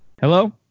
Hello